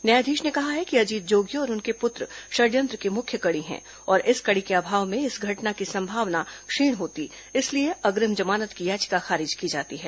न्यायाधीश ने कहा है कि अजीत जोगी और उनके पुत्र षड़यंत्र की मुख्य कड़ी हैं और इस कड़ी के अभाव में इस घटना की संभावना क्षीण होती इसलिए अग्रिम जमानत की याचिका खारिज की जाती है